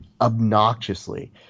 obnoxiously